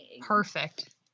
perfect